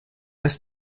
ist